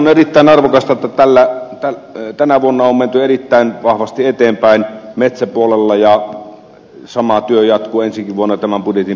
on erittäin arvokasta että tänä vuonna on menty erittäin vahvasti eteenpäin metsäpuolella ja sama työ jatkuu ensikin vuonna tämän budjetin puitteissa